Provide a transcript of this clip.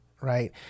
right